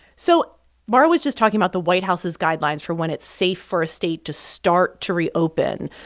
so mara was just talking about the white house's guidelines for when it's safe for a state to start to reopen.